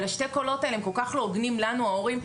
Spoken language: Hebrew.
אבל שתי הקולות האלה הם כל כך לא הוגנים לנו ההורים.